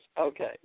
Okay